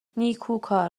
نیکوکار